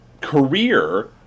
career